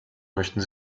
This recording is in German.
möchten